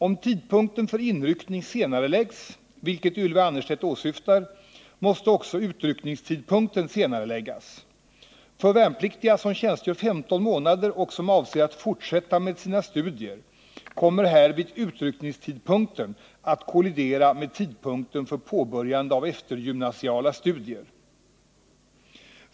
Om tidpunkten för inryckning senareläggs, vilket Ylva Annerstedt åsyftar, måste också utryckningstidpunkten senareläggas. För värnpliktiga, som tjänstgör 15 månader och som avser att fortsätta med sina studier, kommer härvid utryckningstidpunkten att kollidera med tidpunkten för påbörjandet av eftergymnasiala studier.